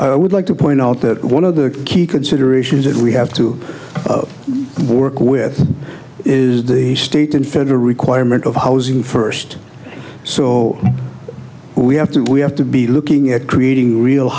would like to point out that one of the key considerations that we have to work with is the state and federal requirement of housing first so we have to we have to be looking at creating real